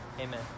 Amen